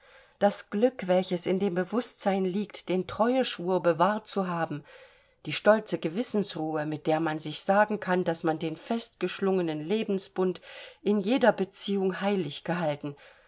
das glück welches in dem bewußtsein liegt den treueschwur bewahrt zu haben die stolze gewissensruhe mit der man sich sagen kann daß man den festgeschlungenen lebensbund in jeder beziehung heilig gehalten